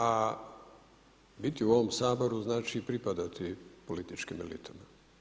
A biti u ovom Saboru znači pripadati političkim elitama.